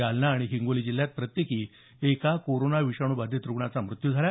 जालना आणि हिंगोली जिल्ह्यात प्रत्येकी एका कोरोना विषाणू बाधित रुग्णांचा मृत्यू झाला